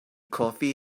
coffee